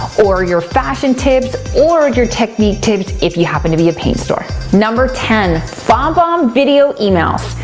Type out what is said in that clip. or your fashion tips, or your technique tips if you happen to be a paint store. number ten, bombbomb video emails.